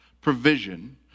provision